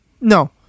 No